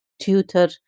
tutor